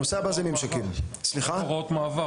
הנושא הבא זה ממשקים --- חוק הוראות מעבר.